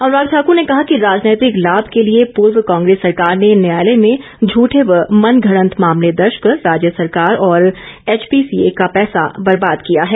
अनुराग ठाकुर ने कहा कि राजनैतिक लाभ के लिए पूर्व कांग्रेस सरकार ने न्यायालय में झूठे व मन घडंत मामले दर्ज कर राज्य सरकार और एचपीसीए का पैसा बर्बाद किया है